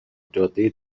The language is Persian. جاده